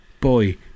Boy